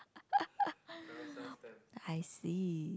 I see